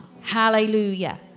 Hallelujah